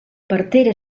partera